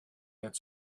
its